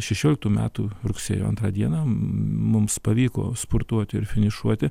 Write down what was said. šešioliktų metų rugsėjo antrą dieną mums pavyko spurtuoti ir finišuoti